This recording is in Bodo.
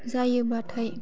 जायोबाथाय